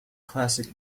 classic